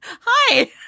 Hi